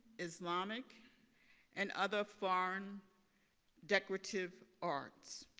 islamic and other foreign decorative arts,